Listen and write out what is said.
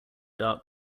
dark